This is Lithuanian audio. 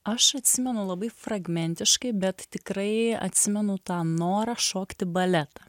aš atsimenu labai fragmentiškai bet tikrai atsimenu tą norą šokti baletą